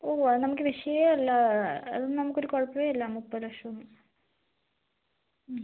ഓ അത് നമുക്ക് വിഷയമേ അല്ല അതൊന്നും നമുക്ക് ഒരു കുഴപ്പമേ അല്ല മുപ്പത് ലക്ഷമൊന്നും മ്